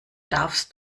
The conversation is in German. darfst